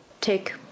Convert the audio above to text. take